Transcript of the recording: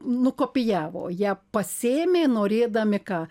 nukopijavo jie pasiėmė norėdami ką